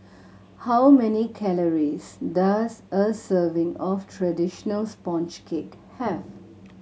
how many calories does a serving of traditional sponge cake have